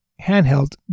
handheld